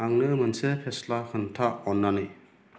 आंनो मोनसे फेस्ला खिन्था अन्नानै